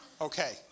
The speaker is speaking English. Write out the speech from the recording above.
Okay